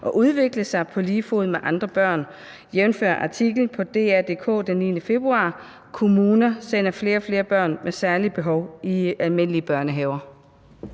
og udvikle sig på lige fod med andre børn, jævnfør artiklen på dr.dk fra den 9. februar 2023 »Kommuner sender flere og flere børn med særlige behov i almindelige børnehaver«?